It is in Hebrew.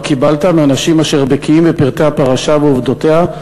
קיבלת מאנשים אשר בקיאים בפרטי הפרשה ועובדותיה,